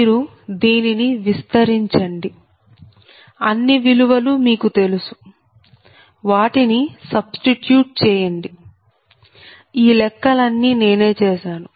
మీరు దీనిని విస్తరించండి అన్ని విలువలు మీకు తెలుసు వాటిని సబ్స్టిట్యూట్ చేయండి ఈ లెక్కలు అన్ని నేనే చేశాను